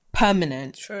permanent